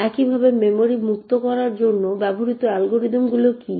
একইভাবে মেমরি মুক্ত করার জন্য ব্যবহৃত অ্যালগরিদমগুলি কী